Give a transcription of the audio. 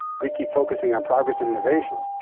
we keep focusing on progress and innovation.